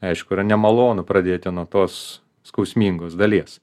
aišku yra nemalonu pradėti nuo tos skausmingos dalies